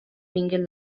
vinguin